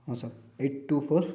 ହଁ sir eight two four